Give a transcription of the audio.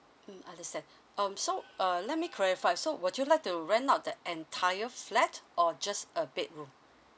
mm understand um so err let me clarify so would you like to rent out the entire flat or just a bedroom